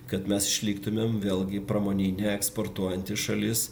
kad mes išliktumėm vėlgi pramoninė eksportuojanti šalis